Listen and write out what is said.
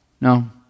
No